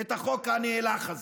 את החוק הנאלח הזה.